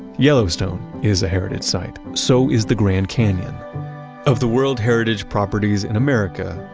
yellowstone is a heritage site, so is the grand canyon of the world heritage properties in america,